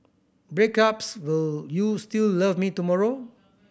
breakups will you still love me tomorrow